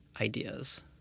ideas